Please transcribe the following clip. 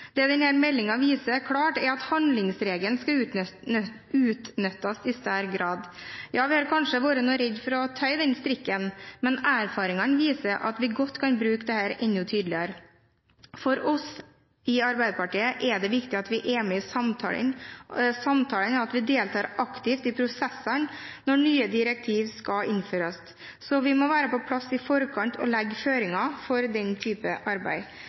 Det denne meldingen viser klart, er at handlingsregelen skal utnyttes i større grad. Ja, vi har kanskje vært noe redde for å tøye den strikken, men erfaringene viser at vi godt kan bruke dette enda tydeligere. For oss i Arbeiderpartiet er det viktig at vi er med i samtalene, og at vi deltar aktivt i prosessene når nye direktiver skal innføres. Så vi må være på plass i forkant og legge føringer for den type arbeid.